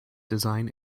design